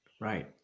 Right